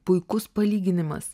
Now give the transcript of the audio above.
puikus palyginimas